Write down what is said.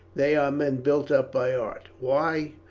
they are men built up by art. why,